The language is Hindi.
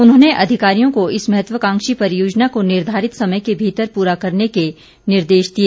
उन्होंने अधिकारियों को इस महत्वकांक्षी परियोजना को निर्धारित समय के भीतर पूरा करने के निर्देश दिए